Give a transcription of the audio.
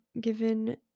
given